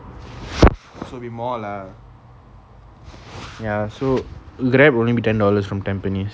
should be more lah ya so grab only need ten dollars from tampines